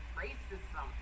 racism